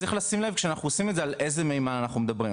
וצריך לשים לב כשאנחנו עושים את זה על איזה מימן אנחנו מדברים,